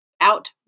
out